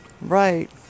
right